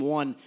one